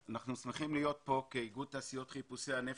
אנחנו שמחים להיות פה כאיגוד תעשיות חיפושי הנפט